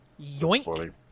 Yoink